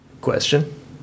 question